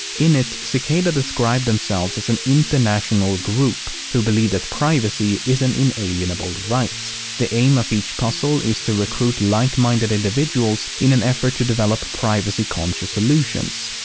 in it, cicada describe themselves as an international group who believe that privacy is an inalienable right. the aim of each puzzle is to recruit like-minded individuals in an effort to develop privacy-conscious solutions.